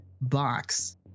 box